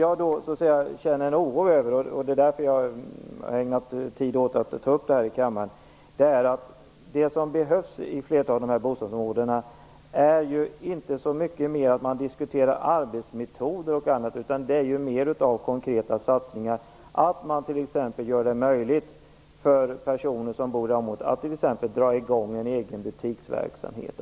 Anledningen till att jag har ägnat tid åt att ta upp det här i kammaren är att det som behövs i flertalet av de här bostadsområdena inte är att man diskuterar arbetsmetoder och liknande utan det är mer av konkreta satsningar, att man skapar de ekonomiska förutsättningarna för personer som bor i området att dra i gång t.ex. en egen butiksverksamhet.